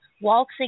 waltzing